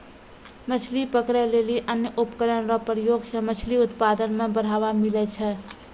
मछली पकड़ै लेली अन्य उपकरण रो प्रयोग से मछली उत्पादन मे बढ़ावा मिलै छै